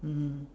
mmhmm